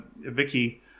Vicky